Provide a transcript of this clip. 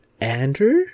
Andrew